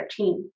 2013